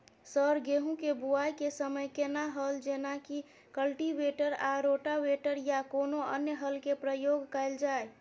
Sir गेहूं के बुआई के समय केना हल जेनाकी कल्टिवेटर आ रोटावेटर या कोनो अन्य हल के प्रयोग कैल जाए?